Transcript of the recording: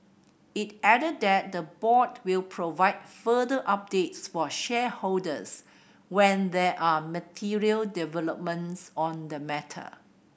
it added that the board will provide further updates for shareholders when there are material developments on the matter